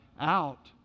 out